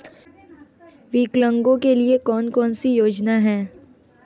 विकलांगों के लिए कौन कौनसी योजना है?